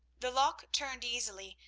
the lock turned easily,